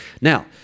Now